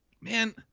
man